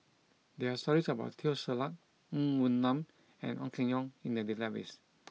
there are stories about Teo Ser Luck Ng Woon Lam and Ong Keng Yong in the database